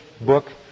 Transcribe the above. book